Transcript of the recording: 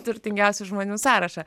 turtingiausių žmonių sąrašą